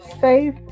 safe